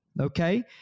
Okay